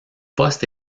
poste